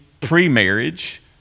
pre-marriage